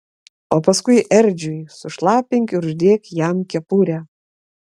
o paskui edžiui sušlapink ir uždėk jam kepurę